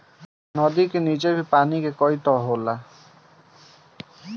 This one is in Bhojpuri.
नदी का नीचे भी पानी के कई तह होला